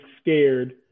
scared